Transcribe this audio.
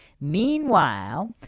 Meanwhile